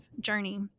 journey